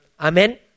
Amen